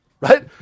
right